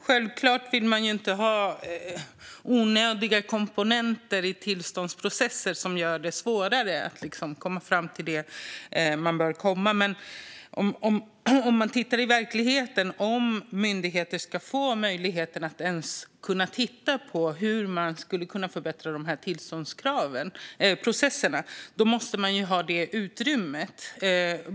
Herr talman! Man vill självfallet inte ha onödiga komponenter i tillståndsprocesser som gör det svårare att komma fram till det som man bör komma fram till. Om myndigheter verkligen ska ha möjlighet att titta på hur tillståndsprocesserna kan förbättras måste man ju ha ett utrymme för detta.